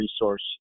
resource